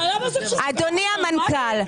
אדוני המנכ"ל,